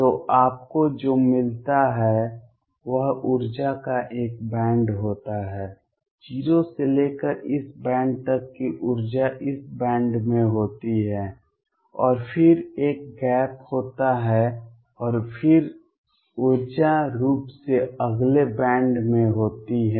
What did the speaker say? तो आपको जो मिलता है वह ऊर्जा का एक बैंड होता है 0 से लेकर इस बैंड तक की ऊर्जा इस बैंड में होती है और फिर एक गैप होता है और फिर ऊर्जा फिर से अगले बैंड में होती है